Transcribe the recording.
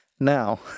Now